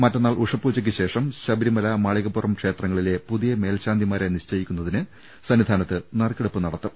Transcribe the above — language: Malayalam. മറ്റന്നാൾ ഉഷ പൂജക്ക് ശേഷം ശബരിമല മാളികപ്പുറം ക്ഷേത്രങ്ങളിലെ പുതിയ മേൽശാന്തിമാരെ നിശ്ചയിക്കുന്നതിന് സന്നിധാനത്ത് നറുക്കെടുപ്പ് നടക്കും